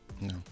No